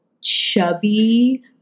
chubby